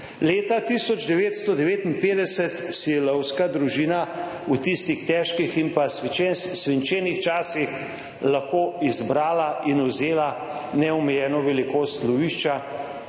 Leta 1959 si je lovska družina v tistih težkih in pa svinčen svinčenih časih lahko izbrala in vzela neomejeno velikost lovišča